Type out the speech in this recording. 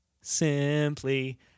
Simply